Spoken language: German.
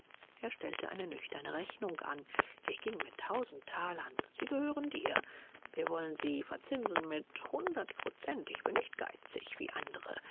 er stellte eine nüchterne rechnung an ich ging mit tausend talern sie gehörten dir wir wollen sie verzinsen mit hundert prozent ich bin nicht geizig wie andere